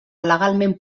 legalment